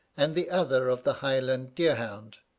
and the other of the highland deer-hound.